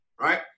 right